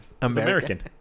American